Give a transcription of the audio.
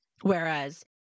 Whereas